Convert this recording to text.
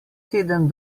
teden